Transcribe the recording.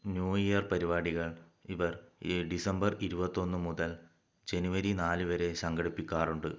new year പരിപാടികൾ ഇവർ ഈ ഡിസംബർ ഇരുപത്തി ഒന്നു മുതൽ ജനുവരി നാലു വരെ സംഘടിപ്പിക്കാറുണ്ട്